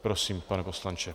Prosím, pane poslanče.